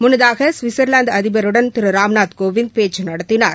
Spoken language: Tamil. முன்னதாக ஸ்விட்சர்லாந்து அதிபருடன் திரு ராம்நாத் கோவிந்த் பேச்சு நடத்தினார்